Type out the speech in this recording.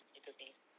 little thing